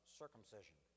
circumcision